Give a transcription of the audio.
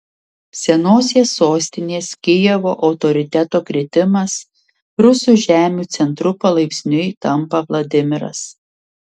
senosios sostinės kijevo autoriteto kritimas rusų žemių centru palaipsniui tampa vladimiras